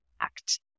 act